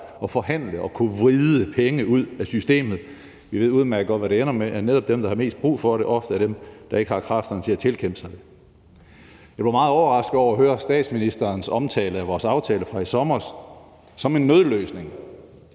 og forhandle og vride penge ud af systemet? Vi ved udmærket godt, hvad det ender med, nemlig at netop dem, der har mest brug for det, ofte er dem, der ikke har kræfterne til at tilkæmpe sig det. Jeg blev meget overrasket over at høre statsministerens omtale af vores aftale fra i sommer som en nødløsning.